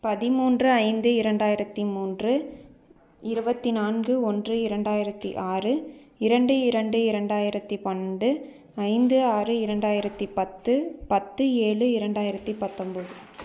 பதிமூன்று ஐந்து இரண்டாயிரத்தி மூன்று இருபத்தி நான்கு ஒன்று இரண்டாயிரத்தி ஆறு இரண்டு இரண்டு இரண்டாயிரத்தி பன்னெரெண்டு ஐந்து ஆறு இரண்டாயிரத்தி பத்து பத்து ஏழு இரண்டாயிரத்தி பத்தொம்போது